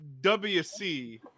WC